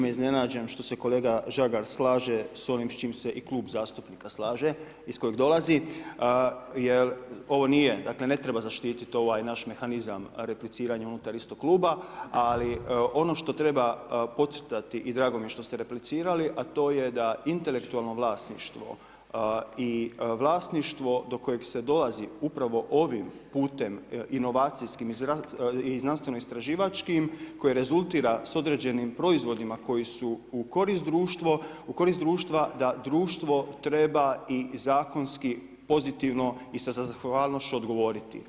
I nisam iznenađen što se kolega Žagar slaže s ovim s čime se i Klub zastupnika slaže iz kojeg dolazi jer ovo nije, dakle ne treba zaštititi ovaj naš mehanizam repliciranja unutar istog kluba, ali ono što treba podcrtati i drago mi je što ste replicirali a to je da intelektualno vlasništvo i vlasništvo do kojeg se dolazi upravo ovim putem inovacijskim i znanstveno-istraživačkim koji rezultira s određenim proizvodima koji su u korist društva da društvo treba i zakonski pozitivno i sa zahvalnošću odgovoriti.